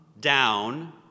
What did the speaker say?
down